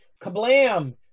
kablam